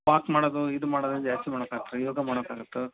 walk ಮಾಡೋದು ಇದು ಮಾಡೋದು ಜಾಸ್ತಿ ಮಾಡ್ಬೆಕಾತು ರೀ ಯೋಗ ಮಾಡ್ಬೇಕಾಗತ್ತೆ